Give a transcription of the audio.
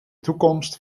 toekomst